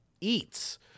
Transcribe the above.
Eats